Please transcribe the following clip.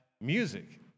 music